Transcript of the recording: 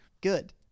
good